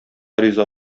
риза